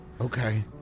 Okay